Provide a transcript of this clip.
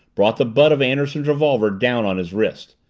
brought the butt of anderson's revolver down on his wrist.